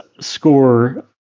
score